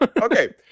okay